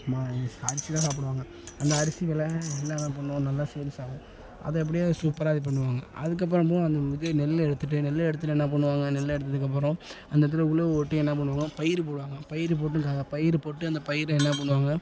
மா அரிசி தான் சாப்பிடுவாங்க அந்த அரிசி வெலை என்னலாம் பண்ணுவோம் நல்லா சேல்ஸ் ஆகும் அதை அப்படியே சூப்பராக இது பண்ணுவாங்க அதுக்கப்புறம் போய் அந்த இது நெல் எடுத்துட்டு நெல் எடுத்துட்டு என்ன பண்ணுவாங்க நெல்லை எடுத்ததுக்கப்புறம் அந்த இடத்துல உழவு ஓட்டி என்ன பண்ணுவாங்கன்னால் பயிர் போடுவாங்களாம் பயிர் போட்டு நாங்கள் பயிர் போட்டு அந்த பயிரை என்ன பண்ணுவாங்க